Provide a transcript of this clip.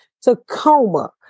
Tacoma